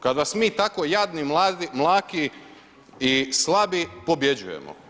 Kad vas mi tako jadni, mlaki i slabi pobjeđujemo?